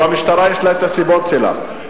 או המשטרה יש לה הסיבות שלה.